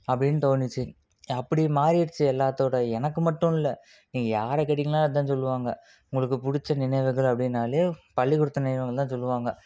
அப்படின் தோணுச்சு அப்படி மாதிரிடிச்சு எல்லாத்தோட எனக்கு மட்டும்ல நீங்கள் யாரை கேட்டின்கனாலும் அதான் சொல்லுவாங்க உங்களுக்கு பிடிச்ச நினைவுகள் அப்படின்னாலே பள்ளிக்கூடத்து நினைவுகள் தான் சொல்லுவாங்க